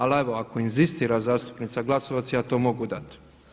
Ali evo, ako inzistira zastupnica Glasovac, ja to mogu dati.